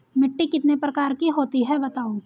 मिट्टी कितने प्रकार की होती हैं बताओ?